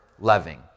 loving